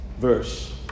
verse